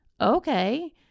Okay